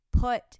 put